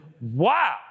wow